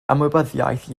ymwybyddiaeth